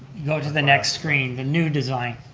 go to the next screen, the new design.